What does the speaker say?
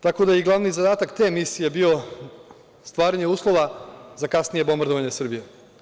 Tako da je glavni zadatak te misije bio stvaranje uslova za kasnije bombardovanje Srbije.